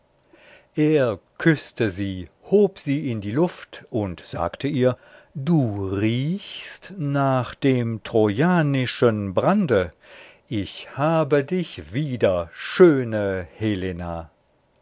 er küßte sie hob sie in die luft und sagte ihr du riechst nach dem trojanischen brande ich habe dich wieder schöne helena